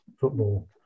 football